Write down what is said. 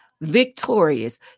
victorious